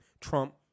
Trump